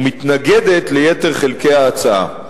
ומתנגדת ליתר חלקי ההצעה.